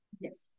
Yes